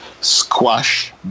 squash